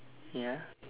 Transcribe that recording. ya